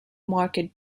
market